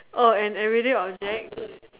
oh an everyday object